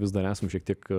vis dar esam šiek tiek